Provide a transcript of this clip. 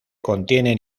contiene